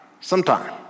sometime